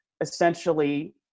essentially